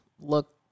look